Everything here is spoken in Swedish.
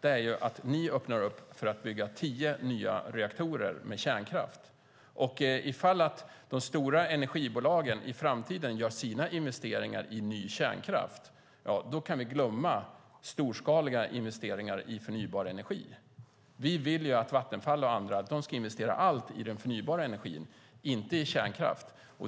gäller att ni öppnar upp för att bygga tio nya reaktorer med kärnkraft. I fall de stora energibolagen i framtiden gör sina investeringar i ny kärnkraft, ja, då kan vi glömma storskaliga investeringar i förnybar energi. Vi vill att Vattenfall och andra ska investera allt i den förnybara energin, inte i kärnkraft.